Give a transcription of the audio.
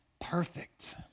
perfect